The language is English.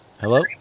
Hello